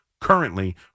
currently